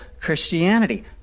Christianity